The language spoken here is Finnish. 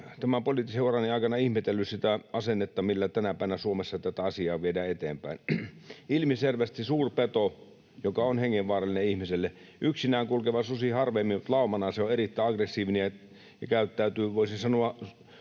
tämän poliittisen urani aikana ihmetellyt sitä asennetta, millä tänä päivänä Suomessa tätä asiaa viedään eteenpäin. Ilmiselvästi suurpeto on hengenvaarallinen ihmiselle. Yksinään kulkeva susi harvemmin, mutta laumana se on erittäin aggressiivinen ja — voisin sanoa